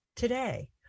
Today